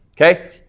Okay